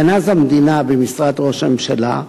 גנז המדינה במשרד ראש הממשלה,